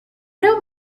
don’t